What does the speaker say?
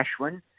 ashwin